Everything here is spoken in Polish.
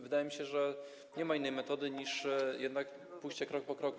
Wydaje mi się, że nie ma innej metody niż jednak pójście krok po kroku.